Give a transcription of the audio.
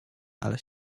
ale